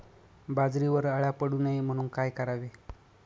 बाजरीवर अळ्या पडू नये म्हणून काय करावे?